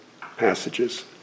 passages